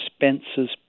expenses